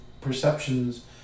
perceptions